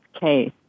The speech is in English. case